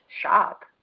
shop